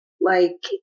like-